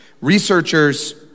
researchers